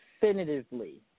definitively